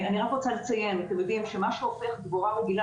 אני רק רוצה לציין שמה שהופך דבורה רגילה